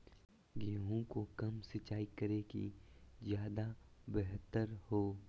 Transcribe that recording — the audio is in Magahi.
गेंहू को कब सिंचाई करे कि ज्यादा व्यहतर हो?